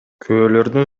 күбөлөрдүн